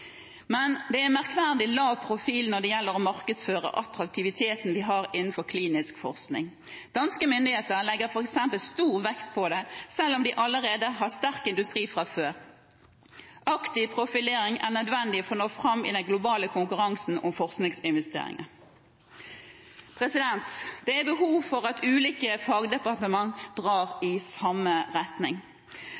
Men det er en merkverdig lav profil når det gjelder å markedsføre attraktiviteten vi har innenfor klinisk forskning. Danske myndigheter legger f.eks. stor vekt på det, selv om de allerede har sterk industri fra før. Aktiv profilering er nødvendig for å nå fram i den globale konkurransen om forskningsinvesteringene. Det er behov for at ulike fagdepartement drar